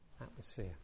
atmosphere